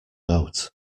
note